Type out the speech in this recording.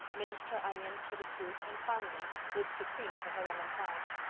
minced her onions for the soup, and finally whipped the cream for her lemon pies.